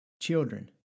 children